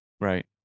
Right